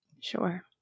Sure